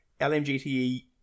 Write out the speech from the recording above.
LMGTE